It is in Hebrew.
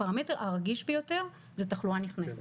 הפרמטר הרגיש ביותר זה תחלואה נכנסת,